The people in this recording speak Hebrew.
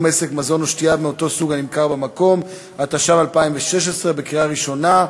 חקיקה), התשע"ו 2016, התקבלה בקריאה ראשונה,